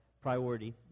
priority